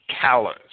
callous